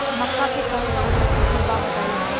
मक्का के कौन सा उन्नत किस्म बा बताई?